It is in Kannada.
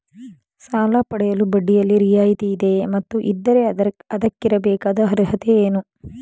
ಸಾಲ ಪಡೆಯಲು ಬಡ್ಡಿಯಲ್ಲಿ ರಿಯಾಯಿತಿ ಇದೆಯೇ ಮತ್ತು ಇದ್ದರೆ ಅದಕ್ಕಿರಬೇಕಾದ ಅರ್ಹತೆ ಏನು?